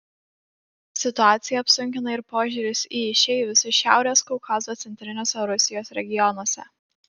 situaciją apsunkina ir požiūris į išeivius iš šiaurės kaukazo centriniuose rusijos regionuose